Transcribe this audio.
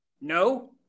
No